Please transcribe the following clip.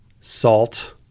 Salt